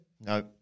No